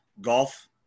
golf